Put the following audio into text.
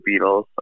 Beatles